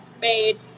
made